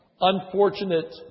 unfortunate